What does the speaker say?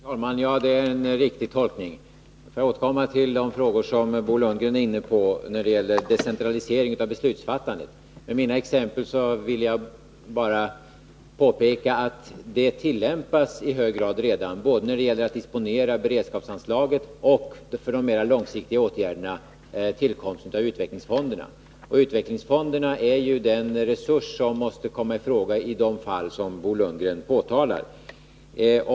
Herr talman! Ja, det är en riktig tolkning. Jag vill återkomma till de frågor som Bo Lundgren var inne på när det gäller decentralisering av beslutsfattandet. Med mina exempel ville jag peka på att det redan i hög grad tillämpas, både när det gäller att disponera beredskapsanslaget och när det gäller de mera långsiktiga åtgärderna — tillkomsten av utvecklingsfonderna. Utvecklingsfonderna är ju den resurs som måste komma i fråga i de fall som Bo Lundgren talar om.